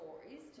stories